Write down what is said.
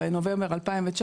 בנובמבר 2019,